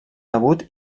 debut